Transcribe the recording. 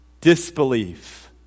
disbelief